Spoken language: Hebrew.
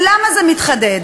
ולמה זה מתחדד?